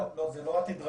לא, זה לא עתיד רחוק.